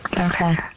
Okay